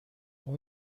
اون